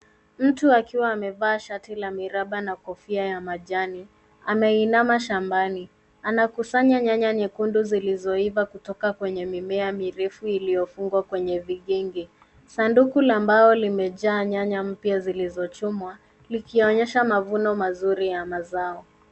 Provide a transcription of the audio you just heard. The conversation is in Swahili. Mtu akiwa amevaa shati la miraba na kofia ya majani, ameinama shambani, anakusanya nyanya nyekundu zilizoiva kutoka kwenye mimea mirefu iliyofungwa kwenye vigenge. Sanduku la mbao limejaa nyanya mpya zilizochumwa likonyesha mavuno mazuri ya mazao.